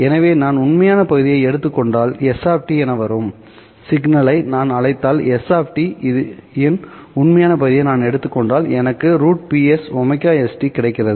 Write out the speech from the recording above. எனவே நான் உண்மையான பகுதியை எடுத்துக் கொண்டால் s என வெளிவரும் சிக்னலை நான் அழைத்தால் s இன் உண்மையான பகுதியை நான் எடுத்துக் கொண்டால் எனக்கு √PS cos ωst கிடைக்கிறது